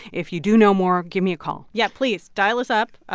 if you do know more, give me a call yeah, please dial us up.